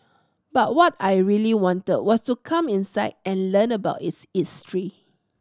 but what I really wanted was to come inside and learn about its history